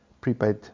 prepaid